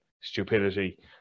stupidity